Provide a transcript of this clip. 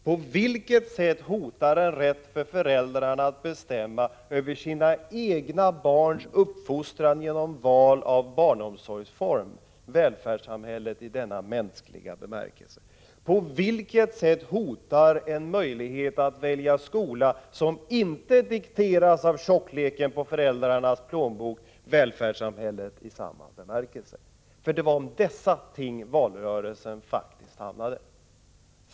På vilket sätt hotar rätten för föräldrarna att bestämma över sina egna barns uppfostran genom val av barnomsorgsform välfärdssamhället i denna mänskliga bemärkelse? På vilket sätt hotar möjligheten att välja skola som inte dikteras av tjockleken på föräldrarnas plånbok välfärdssamhället i samma bemärkelse? Det var nämligen om dessa ting valrörelsen faktiskt handlade.